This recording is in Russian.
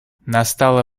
настало